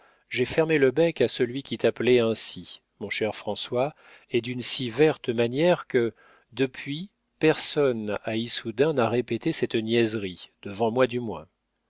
j'ai fermé le bec à celui qui t'appelait ainsi mon cher françois et d'une si verte manière que depuis personne à issoudun n'a répété cette niaiserie devant moi du moins